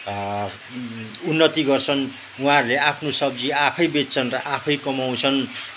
उन्नति गर्छन् उहाँहरूले आफ्नो सब्जी आफै बेच्छन् र आफै कमाउँछन्